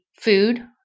food